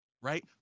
right